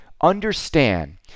understand